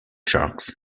sharks